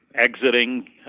exiting